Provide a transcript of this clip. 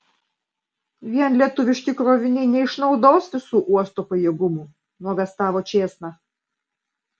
vien lietuviški kroviniai neišnaudos visų uosto pajėgumų nuogąstavo čėsna